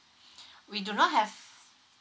we do not have